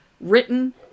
written